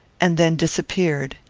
and then disappeared.